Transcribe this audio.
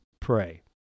pray